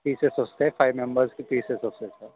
pieces వస్తే five మెంబర్స్కి pieces వస్తాయి సార్